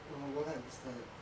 orh war time and peace time ah